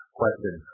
question